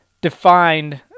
defined